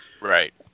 Right